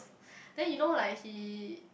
then you know like he